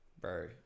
Bro